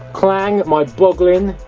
klang my boglin,